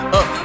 up